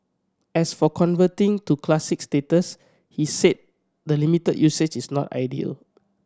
as for converting to Classic status he said the limited usage is not ideal